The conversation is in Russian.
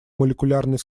молекулярный